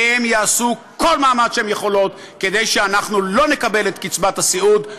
הן יעשו כל מאמץ שהן יכולות כדי שאנחנו לא נקבל את קצבת הסיעוד,